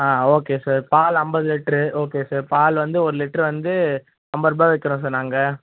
ஆ okay sir பால் ஐம்பது litre okay sir பால் வந்து ஒரு லிட்ரு வந்து ஐம்பது ரூபா விற்கிறோம் சார் நாங்கள்